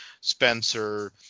Spencer